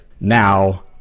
now